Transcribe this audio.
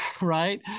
right